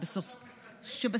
את